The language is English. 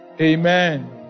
Amen